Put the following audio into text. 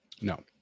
no